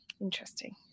Interesting